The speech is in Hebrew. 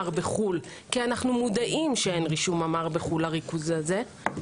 בחו"ל כי אנו מודעים שאין רישום אמר בחו"ל לריכוז הזה.